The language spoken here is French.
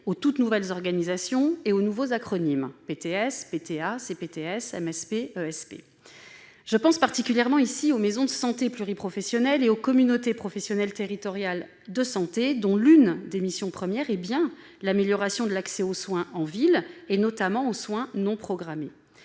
aux nouvelles organisations et aux nouveaux acronymes : PTS, PTA, CPTS, MSP, ESP ... Je pense particulièrement aux maisons de santé pluriprofessionnelles et aux communautés professionnelles territoriales de santé, dont l'une des missions premières est bien l'amélioration de l'accès aux soins en ville, notamment aux soins non programmés.